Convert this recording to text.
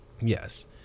Yes